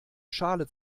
schale